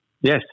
Yes